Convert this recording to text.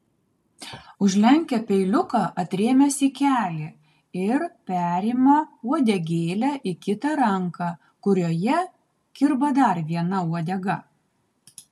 užlenkia peiliuką atrėmęs į kelį ir perima uodegėlę į kitą ranką kurioje kirba dar viena uodega